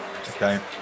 Okay